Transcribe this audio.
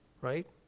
Right